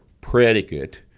predicate